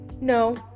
no